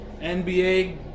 NBA